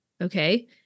Okay